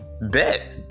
Bet